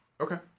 Okay